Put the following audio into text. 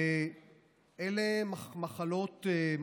אלה מחלות קשות,